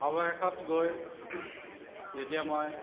অৱশেষত গৈ যেতিয়া মই